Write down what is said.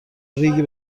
ریگی